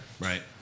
right